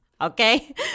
okay